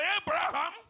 Abraham